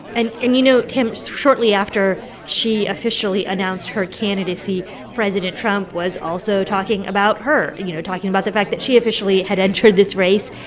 and and you know, tam, shortly after she officially announced her candidacy, president trump was also talking about her you know, talking about the fact that she officially had entered this race.